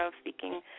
speaking